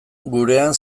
gurean